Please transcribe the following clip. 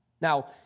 Now